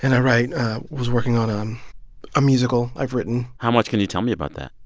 and i write i was working on um a musical i've written how much can you tell me about that?